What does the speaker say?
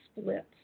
split